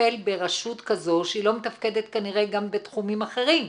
לטפל ברשות כזו שהיא לא מתפקדת כנראה גם בתחומים אחרים,